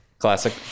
Classic